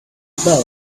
that